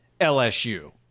LSU